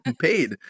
paid